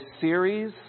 series